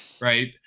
Right